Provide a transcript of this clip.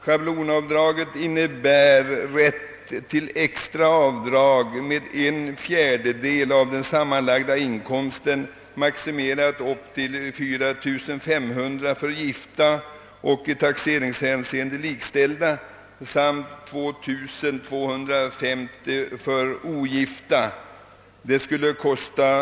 Schablonavdraget innebär, att ett belopp motsvarande en fjärdedel av den sammanlagda inkomsten, maximerat till 4 500 kronor för gifta och i taxeringshänseende likställda samt till 2 250 för ogifta, får avdras vid taxeringen.